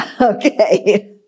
Okay